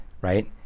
Right